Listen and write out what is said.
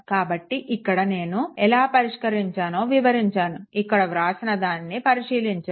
కాబట్టి ఇక్కడ నేను ఎలా పరిష్కరించాలో వివరించాను ఇక్కడ వ్రాసిన దానిని పరిశీలించండి